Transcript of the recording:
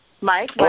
Mike